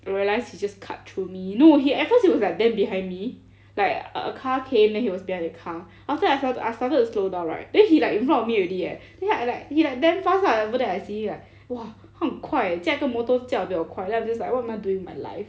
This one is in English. I realise he just cut through me no he at first he was like damn behind me like a car came then he was behind the car after I f~ I started to slow down right then he like in front of me already eh then I like he like damn fast ah after that I see like 哇他很快 eh 驾一个 motor 驾得比我快 then I'm just like what am I doing with my life